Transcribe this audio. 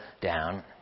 down